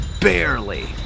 barely